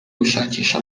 gushakisha